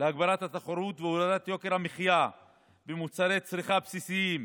להגברת התחרות והורדת יוקר המחיה במוצרי צריכה בסיסיים.